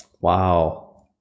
Wow